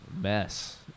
mess